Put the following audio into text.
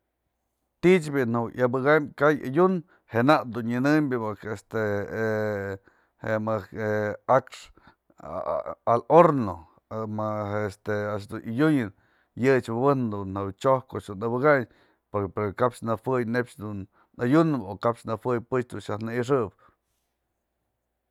Ti'ich bi'i najue abëka'am ka'ay adyun, je nak dun nyanem este je mëjk a'akxë al horno më este a'ax adyunën, yë ech mëbëjnëp njawe xyopë koch abëka'any pero kap nawëy neyb dun adyunëp o kap nëwëy pën dun xiaj na'ayxëp.